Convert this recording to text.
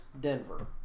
Denver